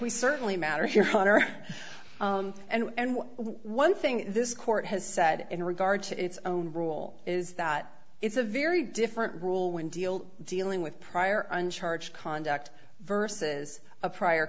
we certainly matter here and one thing this court has said in regard to its own rule is that it's a very different rule when deal dealing with prior uncharged conduct versus a prior